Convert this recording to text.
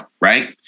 right